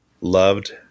loved